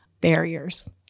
barriers